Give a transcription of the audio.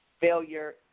failure